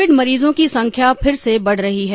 Covid मरीजों की संख्या फिर से बढ़ रही है